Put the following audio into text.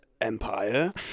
empire